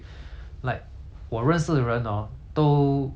for example lah 我认识的人不是那种